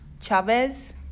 Chavez